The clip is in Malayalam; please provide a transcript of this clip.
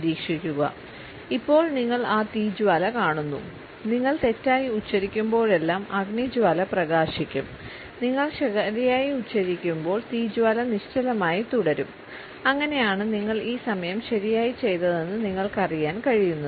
നിങ്ങൾ ശരിയായി ഉച്ചരിക്കുമ്പോൾ തീജ്വാല നിശ്ചലമായി തുടരും അങ്ങനെയാണ് നിങ്ങൾ ഈ സമയം ശരിയായി ചെയ്തതെന്ന് നിങ്ങൾക്കറിയാൻ കഴിയുന്നത്